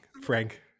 Frank